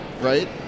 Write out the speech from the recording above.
right